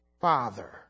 father